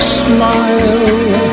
smile